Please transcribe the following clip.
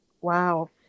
Wow